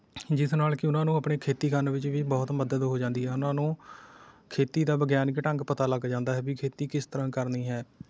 ਜਿਸ ਨਾਲ ਕਿ ਉਹਨਾਂ ਨੂੰ ਆਪਣੀ ਖੇਤੀ ਕਰਨ ਵਿੱਚ ਵੀ ਬਹੁਤ ਮਦਦ ਹੋ ਜਾਂਦੀ ਹੈ ਉਹਨਾਂ ਨੂੰ ਖੇਤੀ ਦਾ ਵਿਗਿਆਨਕ ਢੰਗ ਪਤਾ ਲੱਗ ਜਾਂਦਾ ਹੈ ਵੀ ਖੇਤੀ ਕਿਸ ਤਰ੍ਹਾਂ ਕਰਨੀ ਹੈ